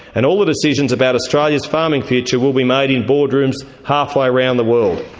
and all the decisions about australia's farming future will be made in boardrooms halfway around the world.